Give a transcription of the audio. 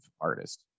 artist